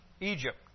Egypt